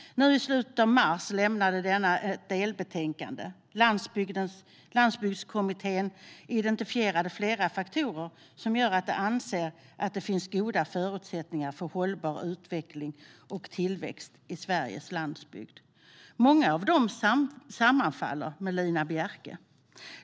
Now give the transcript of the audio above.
I slutet av mars lämnades ett delbetänkande. Landsbygdskommittén identifierade flera faktorer som gör att de anser att det finns goda förutsättningar för hållbar utveckling och tillväxt i Sveriges landsbygder. Många av dessa faktorer sammanfaller med dem som Lina Bjerke tar upp.